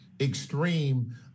extreme